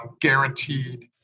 guaranteed